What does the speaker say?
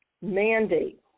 mandate